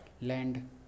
land